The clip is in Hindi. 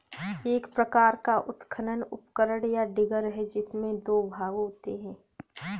एक प्रकार का उत्खनन उपकरण, या डिगर है, जिसमें दो भाग होते है